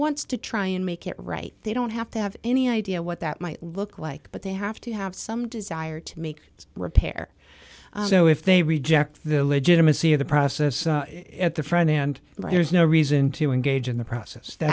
wants to try and make it right they don't have to have any idea what that might look like but they have to have some desire to make a repair so if they reject the legitimacy of the process at the front end there is no reason to engage in the process that